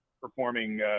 performing